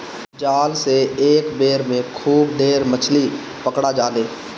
जाल से एक बेर में खूब ढेर मछरी पकड़ा जाले